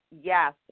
Yes